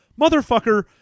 motherfucker